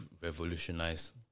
revolutionize